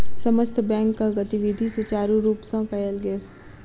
समस्त बैंकक गतिविधि सुचारु रूप सँ कयल गेल